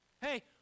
Hey